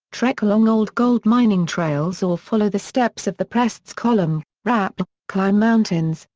trek along old gold mining trails or follow the steps of the prestes column, rappel, climb mountains,